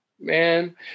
man